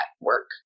work